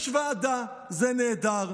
יש ועדה, זה נהדר.